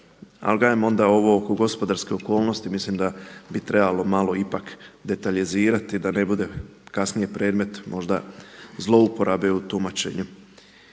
Ali kažem ovo oko gospodarske okolnosti mislim da bi trebalo malo ipak detaljizirati da ne bude kasnije predmet možda zlouporabe u tumačenju.